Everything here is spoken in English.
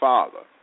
Father